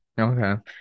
Okay